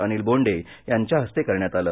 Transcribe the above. अनिल बोंडे यांच्या हस्ते करण्यात आलं